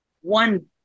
one